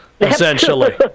essentially